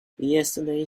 yesterday